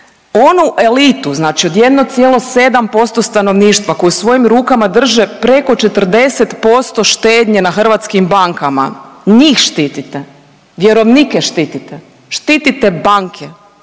onu elitu, znači od 1,7% stanovništva koji u svojim rukama drže preko 40% štednje na hrvatskim bankama, njih štitite, vjerovnike štitite, štitite banke,